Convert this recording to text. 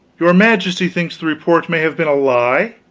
your majesty thinks the report may have been a lie?